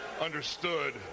understood